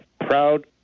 proud